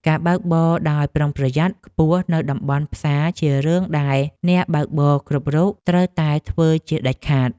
ការបើកបរដោយប្រុងប្រយ័ត្នខ្ពស់នៅតំបន់ផ្សារជារឿងដែលអ្នកបើកបរគ្រប់រូបត្រូវតែធ្វើជាដាច់ខាត។